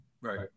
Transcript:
Right